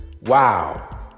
Wow